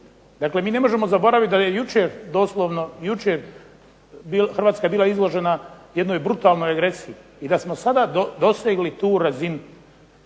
dakle mi ne možemo zaboraviti da je jučer doslovno Hrvatska bila izložena jednoj brutalnoj agresiji i da smo sada dosegli tu razinu.